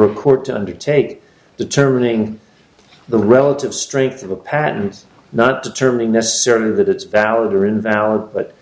a court to undertake determining the relative strength of a patent not determining necessarily that it's valid or invalid but